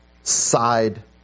side